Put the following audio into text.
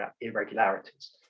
irregularities